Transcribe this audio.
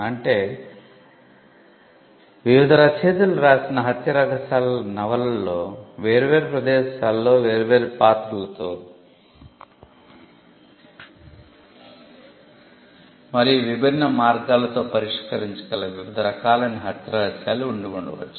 అంటే వివిధ రచయితలు రాసిన 'హత్య రహస్యాల' నవలలలో వేర్వేరు ప్రదేశాలలో వేర్వేరు పాత్రలతో మరియు విభిన్న మార్గాలతో పరిష్కరించగల వివిధ రకాలైన హత్య రహస్యాలు ఉండి ఉండవచ్చు